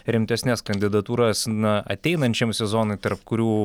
rimtesnes kandidatūras na ateinančiam sezonui tarp kurių